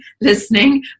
listening